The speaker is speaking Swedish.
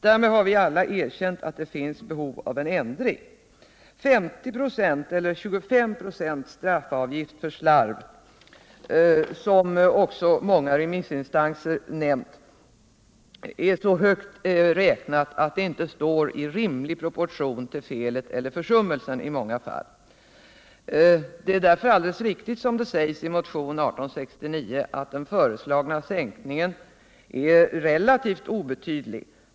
Därmed har vi alla erkänt att det finns behov av en ändring. 50 96 eller 25 96 i straffavgift för slarv. som också många remissinstanser nämnt, är så högt räknat att det i många fall inte står i rimlig proportion till felet eller försummelsen. Det är därför alldeles riktigt, som det sägs i motionen 1869, att den föreslagna sänkningen är relativt obetydlig.